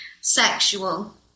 sexual